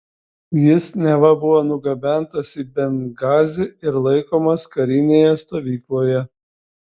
jis neva buvo nugabentas į bengazį ir laikomas karinėje stovykloje